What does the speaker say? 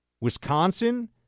Wisconsin